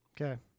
Okay